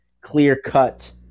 clear-cut